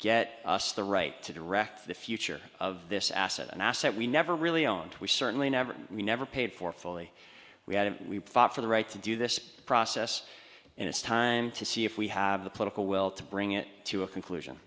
get us the right to direct the future of this asset an asset we never really owned we certainly never we never paid for fully we had it we fought for the right to do this process and it's time to see if we have the political will to bring it to a conclusion